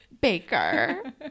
Baker